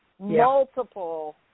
multiple